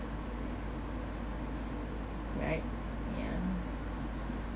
right ya